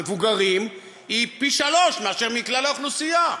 המבוגרים היא פי-שלושה מאשר בכלל האוכלוסייה.